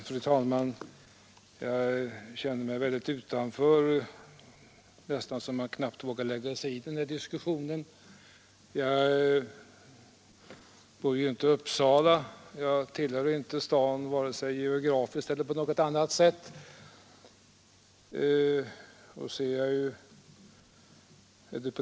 Fru talman! Jag känner mig väldigt utanför. Det är nästan så att man knappt vågar lägga sig i den här diskussionen. Jag bor ju inte i Uppsala, jag tillhör inte den staden vare sig geografiskt eller på något annat sätt.